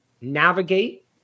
navigate